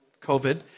COVID